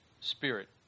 spirit